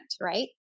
Right